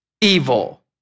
evil